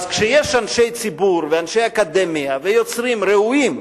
אז כשיש אנשי ציבור ואנשי אקדמיה, ויוצרים ראויים,